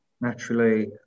Naturally